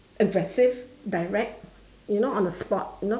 aggressive direct you know on the spot you know